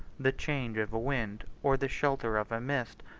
the change of a wind, or the shelter of a mist,